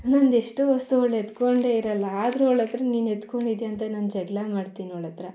ನಂದು ಎಷ್ಟೋ ವಸ್ತು ಅವ್ಳು ಎತ್ಕೊಂಡೇ ಇರೋಲ್ಲ ಆದ್ರೂ ಅವ್ಳ ಹತ್ರ ನೀನು ಎತ್ಕೊಂಡಿದ್ಯ ಅಂತ ನಾನು ಜಗಳ ಮಾಡ್ತೀನಿ ಅವ್ಳ ಹತ್ರ